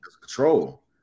Control